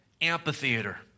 amphitheater